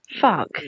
Fuck